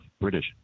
British